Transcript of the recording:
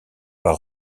par